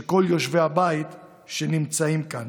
של כל יושבי הבית שנמצאים כאן,